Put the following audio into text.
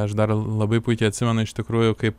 aš dar labai puikiai atsimenu iš tikrųjų kaip